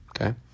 okay